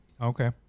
Okay